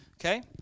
Okay